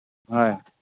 ꯍꯣꯏ